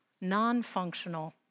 non-functional